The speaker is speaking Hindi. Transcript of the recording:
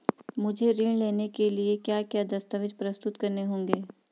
मुझे ऋण लेने के लिए क्या क्या दस्तावेज़ प्रस्तुत करने होंगे?